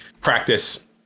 practice